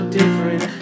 different